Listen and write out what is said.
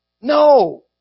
No